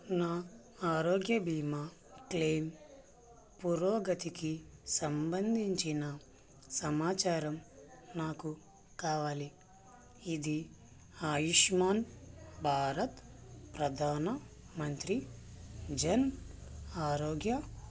నా ఆరోగ్య భీమా క్లెయిమ్ పురోగతికి సంబంధించిన సమాచారం నాకు కావాలి ఇది ఆయుష్మాన్ భారత్ ప్రధాన మంత్రి జన్ ఆరోగ్య